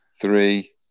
three